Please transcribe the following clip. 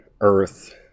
earth